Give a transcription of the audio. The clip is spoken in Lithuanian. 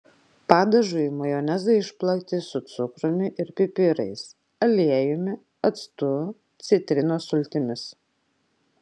padažui majonezą išplakti su cukrumi ir pipirais aliejumi actu citrinos sultimis